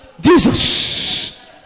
Jesus